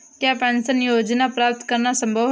क्या पेंशन योजना प्राप्त करना संभव है?